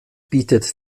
bietet